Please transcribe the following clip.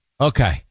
Okay